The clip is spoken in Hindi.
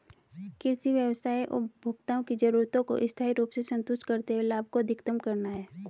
कृषि व्यवसाय उपभोक्ताओं की जरूरतों को स्थायी रूप से संतुष्ट करते हुए लाभ को अधिकतम करना है